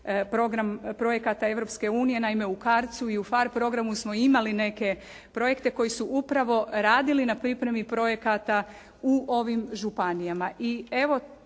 projekata Europske unije. Naime u CARDS-u i u PHARE programu smo imali neke projekte koji su upravo radili na pripremi projekata u ovim županijama.